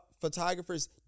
photographers